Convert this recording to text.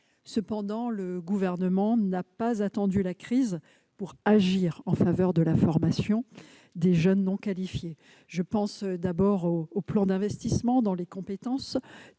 Cependant, le Gouvernement n'a pas attendu la crise pour agir en faveur de leur formation. Je pense tout d'abord au Plan d'investissement dans les compétences,